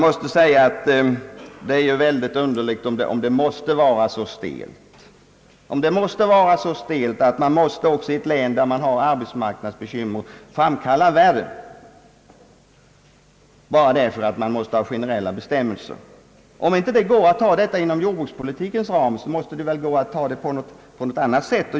Det är mycket underligt om det måste vara så stelt att man i ett län där man har arbetsmarknadsbekymmer skall förvärra situationen bara därför att man måste ha generella bestämmelser. Om detta inte inryms inom jordbrukspolitikens ram måste det väl ordnas på något annat sätt.